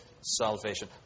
salvation